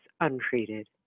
untreated